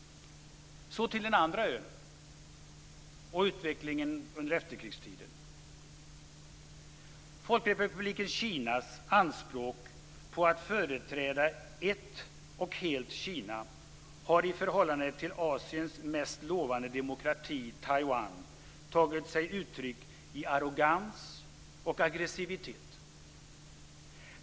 Så till utvecklingen under efterkrigstiden på en annan ö. Folkrepubliken Kinas anspråk på att företräda ett och hela Kina har i förhållande till Asiens mest lovande demokrati Taiwan tagit sig uttryck i arrogans och aggressivitet.